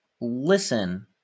listen